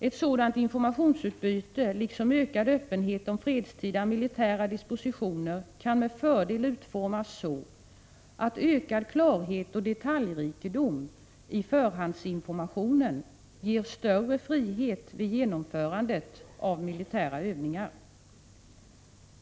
Ett sådant informationsutbyte, liksom ökad öppenhet om fredstida militära dispositioner, kan med fördel utformas så att ökad klarhet och detaljrikedom i förhandsinformationen ger större frihet vid genomförandet av militära övningar.